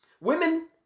women